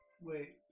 Wait